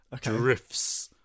drifts